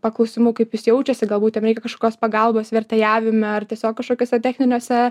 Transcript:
paklausimų kaip jis jaučiasi galbūt jam reikia kažkokios pagalbos vertėjavime ar tiesiog kažkokiuose techniniuose